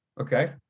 Okay